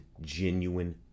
genuine